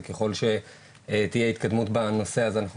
וככל שתהיה התקדמות בנושא אז אנחנו